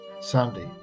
sunday